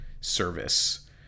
service